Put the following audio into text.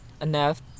enough